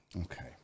okay